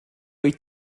wyt